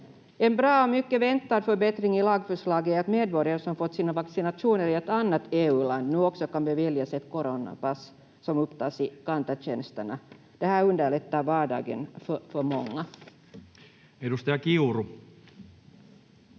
En bra och mycket väntad förbättring i lagförslaget är att medborgare som fått sina vaccinationer i ett annat EU-land nu också kan beviljas ett coronapass som upptas i Kanta-tjänsterna. Det här underlättar vardagen för många. [Speech 36]